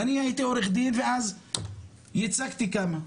ואני הייתי עורך דין, ואז ייצגתי כמה,